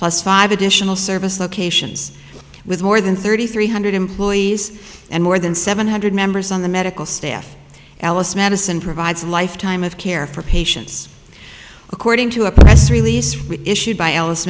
plus five additional service locations with more than thirty three hundred employees and more than seven hundred members on the medical staff alice madison provides a lifetime of care for patients according to a press release which issued by alice